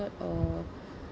or